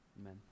Amen